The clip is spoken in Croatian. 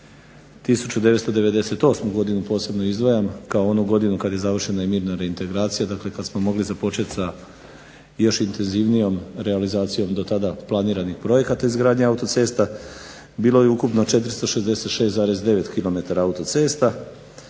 1998. godine posebno izdvajam kao onu godinu kada je završena mirna reintegracija kada smo mogli započeti sa još intenzivnijom realizacijom do tada planiranih projekata izgradnje autocesta bilo je ukupno 466,9 km autocesta,